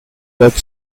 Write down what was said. that